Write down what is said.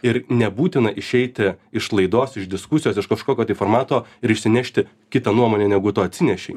ir nebūtina išeiti iš laidos iš diskusijos iš kažkokio tai formato ir išsinešti kitą nuomonę negu tu atsinešei